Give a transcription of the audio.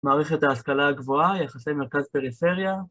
מערכת ההשכלה הגבוהה, יחסי מרכז פריפריה